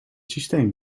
systeem